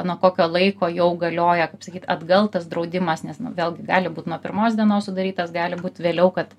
nuo kokio laiko jau galioja kaip sakyt atgal tas draudimas nes nu vėlgi gali būt nuo pirmos dienos sudarytas gali būt vėliau kad